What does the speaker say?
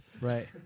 Right